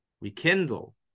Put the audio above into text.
rekindle